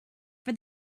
for